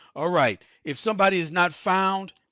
ah right. if somebody is not found,